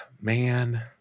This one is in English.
man